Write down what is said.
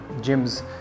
gyms